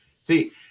see